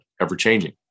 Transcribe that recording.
ever-changing